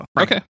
okay